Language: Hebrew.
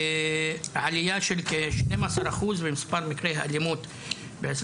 עלייה של כ-12% במספר מקרי האלימות ב-21'